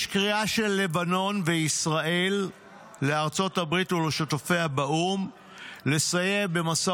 יש קריאה של לבנון וישראל לארצות הברית ולשותפיה באו"ם לסייע במשא